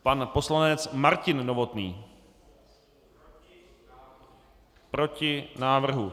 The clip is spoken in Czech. Pan poslanec Martin Novotný: Proti návrhu.